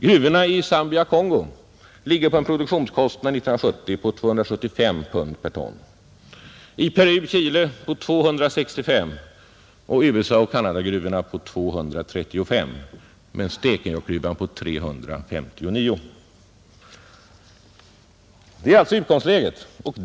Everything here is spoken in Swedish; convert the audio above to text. Gruvorna i Zambia—Kongo ligger på en produktionskostnad 1970 på 275 pund per ton, gruvorna i Peru—Chile på 265 pund och gruvorna i USA—Canada på 235 pund, medan Stekenjokkgruvan ligger på 359. Det är alltså utgångsläget.